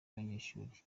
abanyeshuli